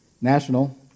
National